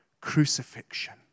crucifixion